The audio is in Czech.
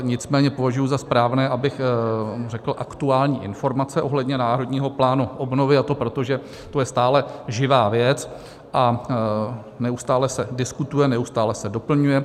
Nicméně považuji za správné, abych řekl aktuální informace ohledně Národního plánu obnovy, a to proto, že to je stále živá věc a neustále se diskutuje, neustále se doplňuje.